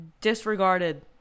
disregarded